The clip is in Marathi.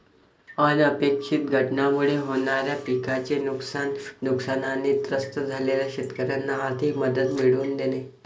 अनपेक्षित घटनांमुळे होणाऱ्या पिकाचे नुकसान, नुकसानाने त्रस्त झालेल्या शेतकऱ्यांना आर्थिक मदत मिळवून देणे